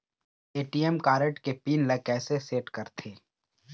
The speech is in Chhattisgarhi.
ए.टी.एम कारड के पिन ला कैसे सेट करथे?